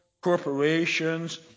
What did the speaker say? corporations